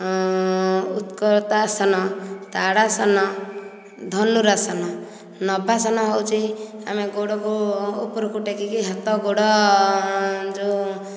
ଉତ୍କଳଟାସନ ତାଡ଼ାସନ ଧନୁରାସନ ନବାସନ ହୋଉଛି ଆମେ ଗୋଡ଼କୁ ଉପରକୁ ଟେକିକି ହାତଗୋଡ଼ ଯେଉଁ